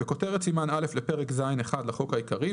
בכותרת סימן א' לפרק ז'1 לחוק העיקרי,